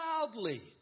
loudly